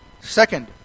Second